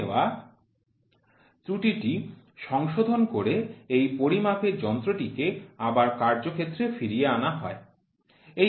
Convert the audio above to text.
ধরে নেওয়া ত্রুটিটি সংশোধন করে এই পরিমাপের যন্ত্র টি কে আবার কার্যক্ষেত্রে ফিরিয়ে আনা হয়